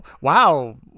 Wow